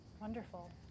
Wonderful